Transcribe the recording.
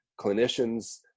clinicians